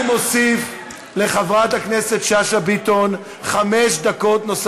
אני מוסיף לחברת הכנסת שאשא ביטון חמש דקות,